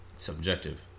Subjective